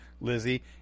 Lizzie